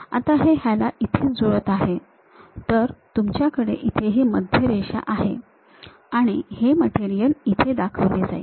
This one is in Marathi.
आता हे ह्याला इथे जुळत आहे तर तुम्ह्याकडे इथे ही मध्यरेषा आहे आणि हे मटेरियल इथे दाखवले जाईल